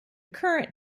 current